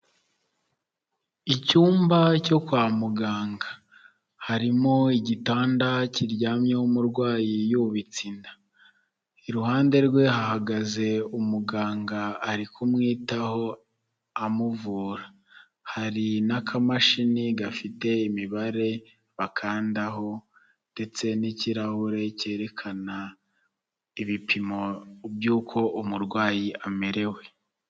Icyumba cyo kwa muganga, harimo igitanda kiryamyeho umurwayi yubitse inda, iruhande rwe hagaze umuganga ari kumwitaho amuvura, hari n'akamashini gafite imibare bakandaho ndetse n'ikirahure cyerekana ibipimo by'uko umurwayi amerewe.